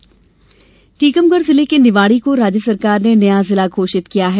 निवाड़ी जिला टीकमगढ़ जिले के निवाड़ी को राज्य सरकार ने नया जिला घोषित किया है